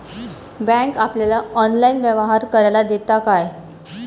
Bank आपल्याला online व्यवहार करायला देता काय?